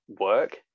work